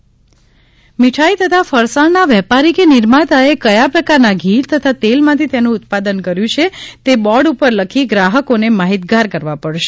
મીઠાઇ ફરસાણ નિયમન મિઠાઇ તથા ફરસાણના વેપારી કે નિર્માતાએ કયા પ્રકારના ઘી તથા તેલમાંથી તેનું ઉત્પાદન થયું છે તે બોર્ડ ઉપર લખી ગ્રાહકને માહિતગાર કરવા પડશે